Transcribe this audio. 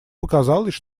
показалось